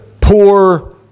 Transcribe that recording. poor